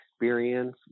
experience